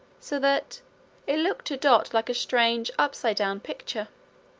so that it looked to dot like a strange upside-down picture.